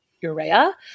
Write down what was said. Urea